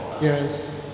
Yes